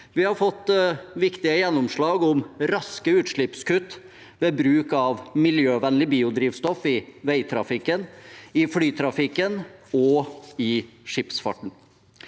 Vi har fått viktige gjennomslag om raske utslippskutt ved bruk av miljøvennlig biodrivstoff i veitrafikken, flytrafikken og skipsfarten.